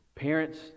Parents